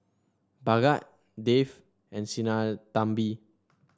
Bhagat Dev and Sinnathamby